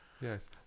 Yes